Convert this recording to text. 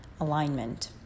alignment